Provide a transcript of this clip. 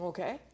Okay